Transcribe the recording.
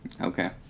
okay